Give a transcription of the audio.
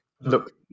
look